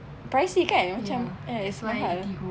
pricey kan macam it's mahal